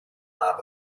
lab